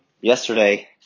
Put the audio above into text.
yesterday